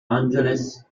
angeles